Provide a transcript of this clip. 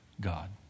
God